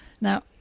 Now